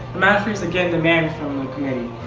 the magistrates again demand from the committee,